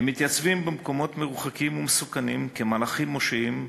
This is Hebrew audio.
הם מתייצבים במקומות מרוחקים ומסוכנים כמלאכים מושיעים,